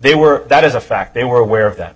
they were that is a fact they were aware of that